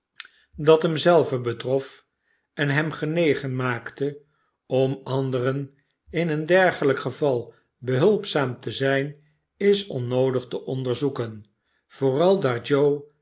dat hem zelven betrof en hem genegen maakte om anderen in een dergelijk geval behulpzaamte zijn is onnoodig te onderzoeken vooral daar joe